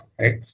right